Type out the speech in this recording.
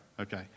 okay